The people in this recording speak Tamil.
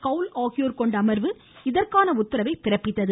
கவுல் ஆகியோர் கொண்ட அமர்வு இதற்கான உத்தரவை பிறப்பித்தது